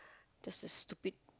just a stupid